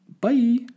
bye